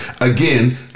Again